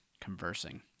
Conversing